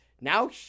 now